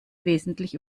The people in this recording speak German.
wesentlich